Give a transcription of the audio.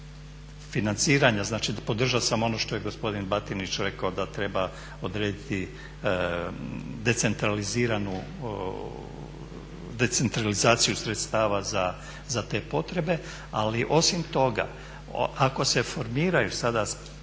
financiranja, znači podržao sam ono što je gospodin Batinić reko da treba odrediti decentraliziranu, decentralizaciju sredstava za te potrebe. Ali osim toga ako se formiraju sada